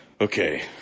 okay